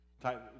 type